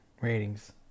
ratings